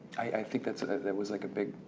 i think that that was like a big,